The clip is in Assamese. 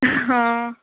অঁ